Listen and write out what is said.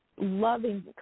loving